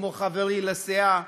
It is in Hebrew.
כמו חברי לסיעה,